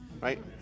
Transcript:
right